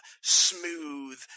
smooth